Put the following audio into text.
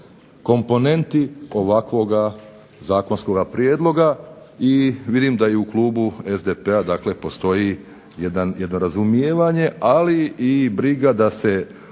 komponenti ovakvoga zakonskoga prijedloga, i vidim da i u klubu SDP-a dakle postoji jedno razumijevanje, ali i briga da se